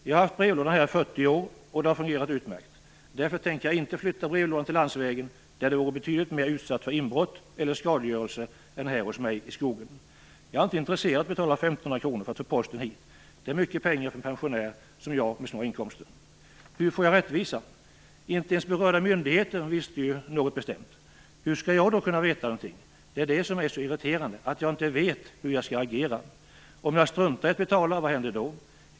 Jag har haft brevlådan här i 40 år, och det har fungerat utmärkt, därför tänker jag inte flytta brevlådan till landsvägen, där den vore betydligt mer utsatt för inbrott eller skadegörelse än här hos mig i skogen. Jag är inte intresserad av att betala 1 500 kr för att få posten hit. Det är mycket pengar för en pensionär som jag med små inkomster. Hur får jag rättvisa? Inte ens berörda myndigheter visste ju något bestämt. Hur skall jag då kunna veta någonting? Det är det som är så irriterande, att jag inte vet hur jag skall agera. Om jag struntar i att betala, vad händer då?